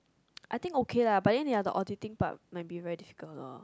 I think okay lah but then ya the auditing part might be very difficult lor